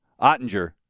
Ottinger